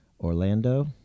Orlando